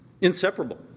inseparable